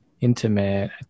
intimate